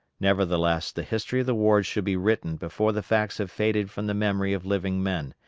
nevertheless, the history of the war should be written before the facts have faded from the memory of living men,